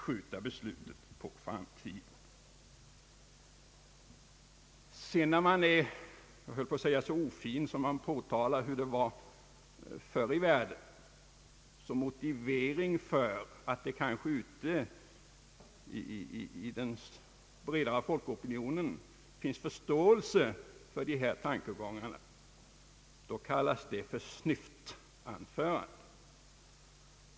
Men när man på vår sida är, jag höll på att säga, så ofin att man påtalar hur det var förr i världen som en motivering för att det ute i den breda folkopinionen kanske finns förståelse för dessa tankegångar, kallas det för snyftanförande.